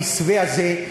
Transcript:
המסווה הזה,